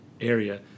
area